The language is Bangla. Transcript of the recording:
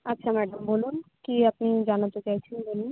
আচ্ছা ম্যাডাম বলুন কী আপনি জানাতে চাইছেন বলুন